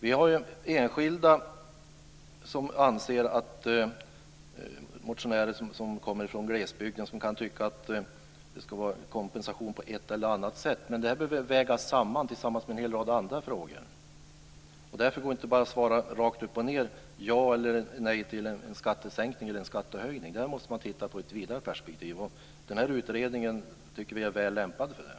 Vi har enskilda motionärer från glesbygden som kan tycka att det ska vara kompensation på ett eller annat sätt. Men det här behöver vägas samman med en hel rad andra frågor. Därför går det inte att rakt upp och ned svara ja eller nej till en skattesänkning eller en skattehöjning. Det här måste man titta på i ett vidare perspektiv, och vi tycker att den här utredningen är väl lämpad för det.